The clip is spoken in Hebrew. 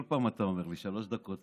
כל פעם אתה אומר לי שלוש דקות,